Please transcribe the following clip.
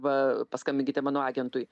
va paskambinkite mano agentui